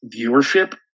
viewership